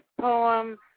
poem